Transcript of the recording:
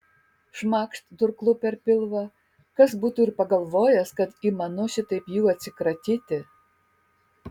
šmakšt durklu per pilvą kas būtų ir pagalvojęs kad įmanu šitaip jų atsikratyti